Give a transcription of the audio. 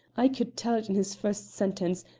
i could tell it in his first sentence,